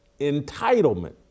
Entitlement